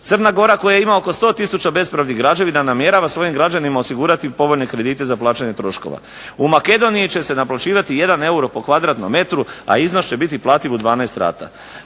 Crna Gora koja ima oko 100000 bespravnih građevina namjerava svojim građanima osigurati povoljne kredite za plaćanje troškova. U Makedoniji će se naplaćivati 1 euro po kvadratnom metru, a iznos će biti plativ u 12 rata.